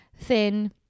thin